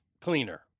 cleaner